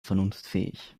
vernunftfähig